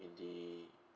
in the